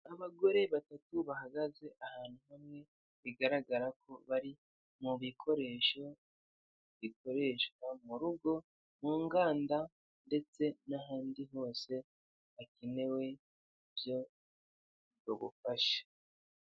Abagore batatu bahagaze ahantu hamwe, bigaragara ko bari mu bikoresho bikoreshwa mu rugo mu nganda ndetse n'ahandi hose hakenewe byo rugufasha.